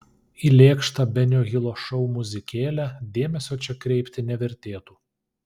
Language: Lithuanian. į lėkštą benio hilo šou muzikėlę dėmesio čia kreipti nevertėtų